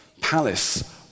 palace